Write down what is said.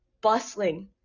bustling